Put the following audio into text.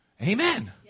amen